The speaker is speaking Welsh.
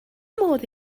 modd